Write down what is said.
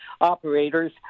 operators